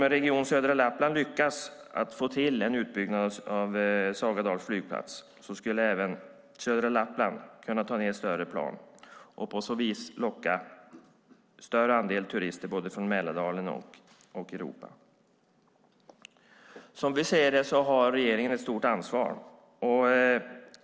Om region Södra Lappland lyckas få till en utbyggnad av Sagadals flygplats skulle även södra Lappland kunna ta ned större plan och på så vis locka ett större antal turister från både Mälardalen och Europa. Regeringen har ett stort ansvar.